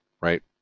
Right